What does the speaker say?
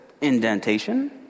indentation